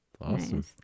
awesome